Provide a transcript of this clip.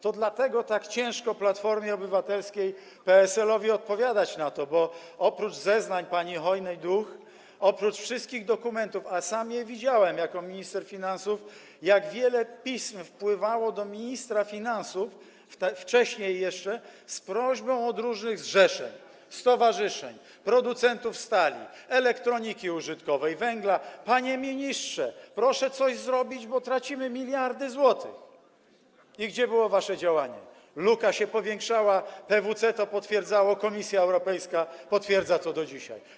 To dlatego tak ciężko Platformie Obywatelskiej i PSL-owi odpowiadać na to, bo oprócz zeznań pani Chojny-Duch, oprócz wszystkich dokumentów, a sam widziałem jako minister finansów, jak wiele pism wpływało do ministra finansów, wcześniej jeszcze, z prośbą od różnych zrzeszeń, stowarzyszeń, producentów stali, elektroniki użytkowej, węgla: panie ministrze, proszę coś zrobić, bo tracimy miliardy złotych - gdzie było wasze działanie - a luka się powiększała, PwC to potwierdzało, Komisja Europejska potwierdza to do dzisiaj.